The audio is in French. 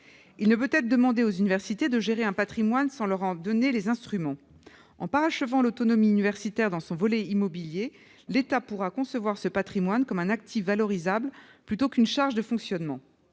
On ne peut demander aux universités de gérer un patrimoine sans leur en donner les instruments. En parachevant l'autonomie universitaire dans son volet immobilier, l'État pourra concevoir ce patrimoine comme un actif valorisable plutôt que comme une charge de fonctionnement.